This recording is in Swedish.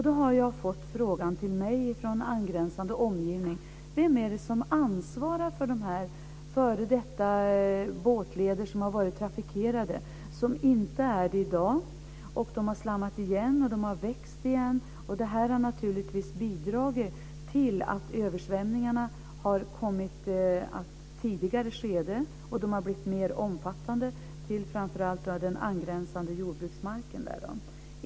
Då har jag fått frågan till mig från angränsande omgivningar: Vem är det som ansvarar för de här f.d. båtleder som har varit trafikerade men som inte är det i dag? De har slammat igen, och de har vuxit igen. Det har naturligtvis bidragit till att översvämningarna har kommit i ett tidigare skede, och de har blivit mer omfattande, framför allt när det gäller den angränsande jordbruksmarken.